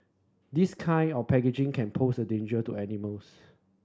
this kind of packaging can pose a danger to animals